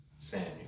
Samuel